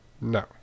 No